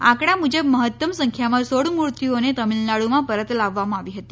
આંકડા મુજબ મહત્તમ સંખ્યામાં સોળ મૂર્તિઓને તમિલનાડુમાં પરત લાવવામાં આવી હતી